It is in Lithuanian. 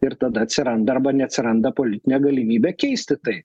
ir tada atsiranda arba neatsiranda politinė galimybė keisti tai